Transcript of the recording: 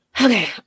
Okay